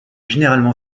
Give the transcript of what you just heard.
généralement